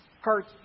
hurt